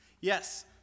Yes